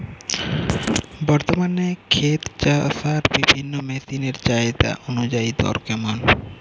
বর্তমানে ক্ষেত চষার বিভিন্ন মেশিন এর চাহিদা অনুযায়ী দর কেমন?